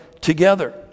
together